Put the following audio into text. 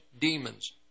demons